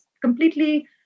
completely